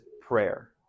prayer